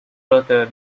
brother